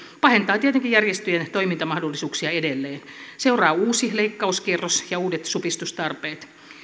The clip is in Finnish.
pahentaa tietenkin järjestöjen toimintamahdollisuuksia edelleen seuraa uusi leikkauskierros ja uudet supistustarpeet